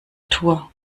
tour